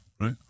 right